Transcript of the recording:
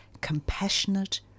compassionate